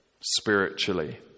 spiritually